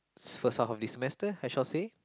first half of this semester I shall say